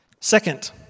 Second